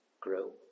grow